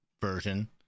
version